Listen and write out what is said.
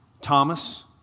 Thomas